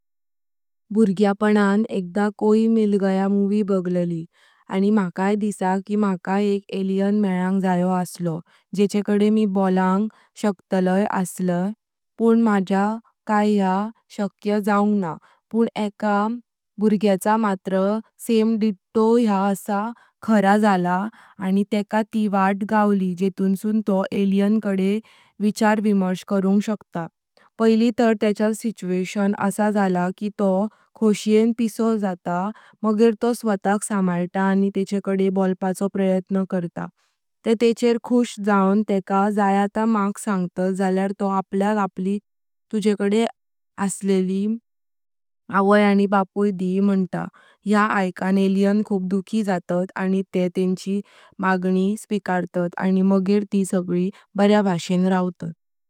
भुर्ग्यापण एकदा कोई मिल गया मुवी बागलिली आनी माकै दीसां की माकै एक एलियन मेलांग जायो असलो जेचेकडे मी बोलांग शकतलाय असला पण माजा काय या शक्या जाऊंग न्हा। पण एका भुर्ग्याचा मात्र सेम डिट्टो या अस्सा खरा झाला आनी तेका ती वाट गावली जेतुंसून तोह अल्लियन कडे विचार विमर्श करूंग शकता। पाईली तार टेकच्या सिचूएशन असा जाता की तोह खुशीं पिसो जाता मगे तोह स्वताक समायता आनी तेनचेकडे बोलपाचो प्रयत्न करता ते तेचर खुश जाऊं तेका जाया ता माग सांगतात जाल्यार तोह आपल्याक आपली तुजेकडे इली अवई आनी बापुई दी मंता। या ऐकां एलियन खूप दुःखी जातात आनी ते तेची मंगणी स्वीकर्तात आनी मग्र ती सगळी बर्या भाषेन रावतत।